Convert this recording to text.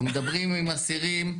כשאנחנו מדברים על אסירים,